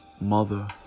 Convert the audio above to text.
mother